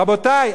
רבותי,